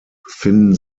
befinden